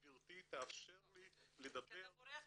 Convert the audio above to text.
גבירתי תאפשר לי לדבר --- כי אתה בורח מתשובות.